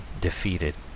defeated